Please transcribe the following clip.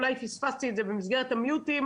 אולי פספסתי את זה במסגרת ה"מיוטים",